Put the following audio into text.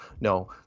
No